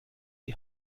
die